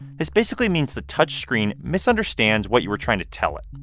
this basically means the touch screen misunderstands what you were trying to tell it.